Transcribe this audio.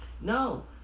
No